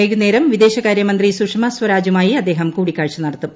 വൈകുന്നേരം വിദേശകാരൃമന്ത്രി സുഷമ സ്വരാജുമായി അദ്ദേഹം കൂടിക്കാഴ്ച നടത്തും